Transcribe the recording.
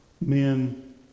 men